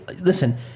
listen